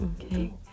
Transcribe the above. okay